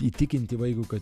įtikinti vaikui kad